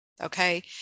Okay